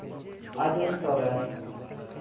Ajoy Soren